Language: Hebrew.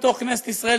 בכנסת ישראל,